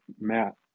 Matt